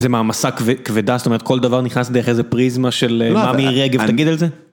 זה מעמסה כבדה, זאת אומרת כל דבר נכנס דרך איזה פריזמה של מה מירי הגב, תגיד על זה?